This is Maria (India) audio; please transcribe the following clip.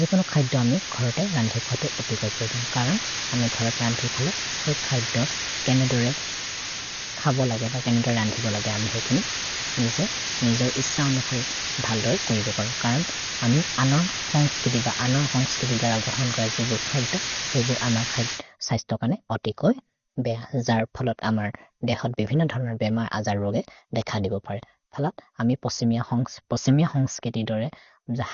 जिकोनु खैदु अमि घरतेर् रन्थि खतु अतिकोइ पुजन्, करम् अमे घरतेर् रन्थि खले हेइ खैदुर् केने दुरे खबो लगे ब केने दुरे रन्थि बोलगे अमे हेकिनि निजे निजोर् इसओनकरि भल्दोइ कोरिगो परो। करम् अमि अनोर् होन्ग्स् किति ब अनोर् होन्ग्स् किति दर गहन् गर जेबुर् खैदु हेबुर् अमर् खैद् सैस्तोकने अतिकोइ बेह जर् फलत् अमर् देखत् बेविन धनर् बेम अजर् रोगे देख दिगो परे। जर् फलत् अमि पोसिमिअ होन्ग्स् पोसिमिअ होन्ग्स् किति दोरे